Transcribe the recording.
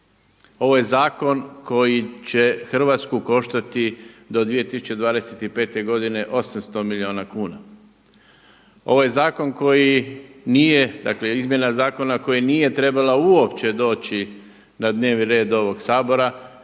Ovo je zakon koji će Hrvatsku koštati do 2025. godine 800 milijuna kuna. Ovo je zakon koji nije, dakle izmjena zakona koja nije trebala uopće doći na dnevni red ovog Sabora